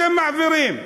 אתם מעבירים.